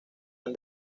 han